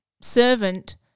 servant